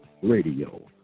Radio